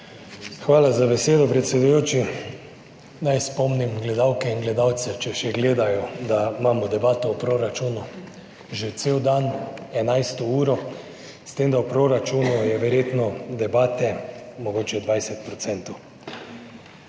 Hvala za besedo, predsedujoči. Naj spomnim gledalke in gledalce, če še gledajo, da imamo debato o proračunu že cel dan, enajsto uro, s tem, da je o proračunu verjetno debate mogoče 20 %.